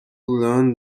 learn